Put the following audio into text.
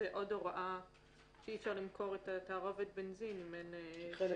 זה עוד הוראה שאי אפשר למכור את תערובת הבנזין אם אין שלט.